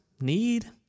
need